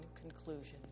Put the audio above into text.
conclusion